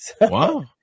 Wow